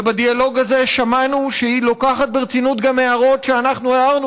ובדיאלוג הזה שמענו שהיא לוקחת ברצינות גם הערות שאנחנו הערנו